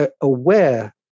aware